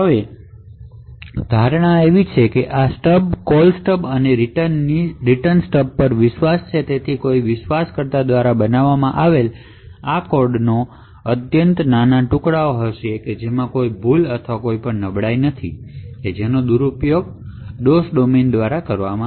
હવે ધારણાઓ એ છે કે આ સ્ટબ કોલસ્ટબ અને રીટર્ન સ્ટબ વિશ્વાસનિય છે તે ડેવલોપર દ્વારા બનાવવામાં આવેલા કોડ ના અત્યંત નાના ટુકડાઓ હશે અને તેમાં કોઈ ભૂલો અથવા કોઈપણ નબળાઈઓ નથી જેનો દુરૂપયોગ ફોલ્ટ ડોમેન દ્વારા કરી શકાય